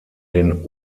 den